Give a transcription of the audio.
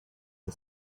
for